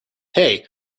hey